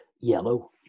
yellow